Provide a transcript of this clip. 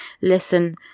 listen